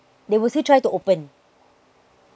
they will still try to open